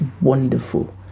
wonderful